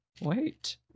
wait